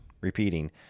repeating